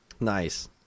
Nice